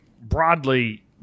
broadly